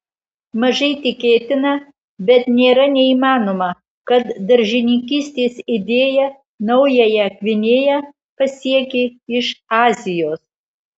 mažai tikėtina bet nėra neįmanoma kad daržininkystės idėja naująją gvinėją pasiekė iš azijos